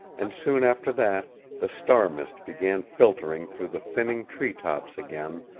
and soon after that the star-mist began filtering through the thinning tree-tops again,